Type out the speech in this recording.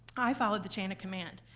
i followed the chain of command.